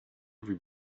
every